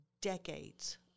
decades